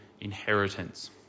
inheritance